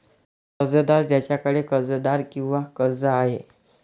कर्जदार ज्याच्याकडे कर्जदार किंवा कर्ज आहे